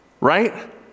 Right